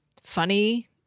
Funny